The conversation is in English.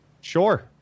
sure